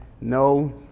no